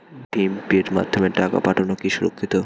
ভিম পের মাধ্যমে টাকা পাঠানো কি সুরক্ষিত?